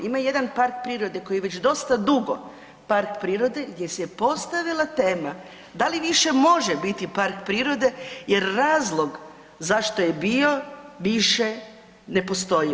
Ima jedan park prirode koji je već dosta dugo park prirode gdje se je postavila tema da li više može biti park prirode jer razlog zašto je bio više ne postoji.